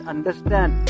Understand